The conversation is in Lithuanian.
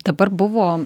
dabar buvo